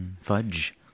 fudge